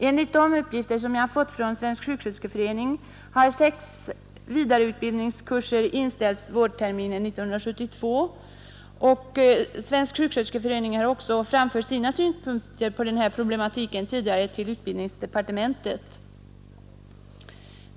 Enligt uppgifter från Svensk sjuksköterskeförening har sex vidareutbildningskurser inställts vårterminen 1972. Sjuksköterskeföreningen har också framfört sina synpunkter på problematiken till utbildningsdepartementet.